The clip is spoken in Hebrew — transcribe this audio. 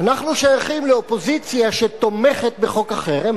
אנחנו שייכים לאופוזיציה שתומכת בחוק החרם,